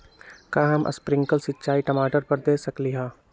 का हम स्प्रिंकल सिंचाई टमाटर पर दे सकली ह?